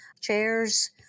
chairs